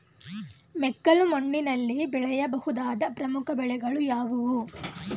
ಮೆಕ್ಕಲು ಮಣ್ಣಿನಲ್ಲಿ ಬೆಳೆಯ ಬಹುದಾದ ಪ್ರಮುಖ ಬೆಳೆಗಳು ಯಾವುವು?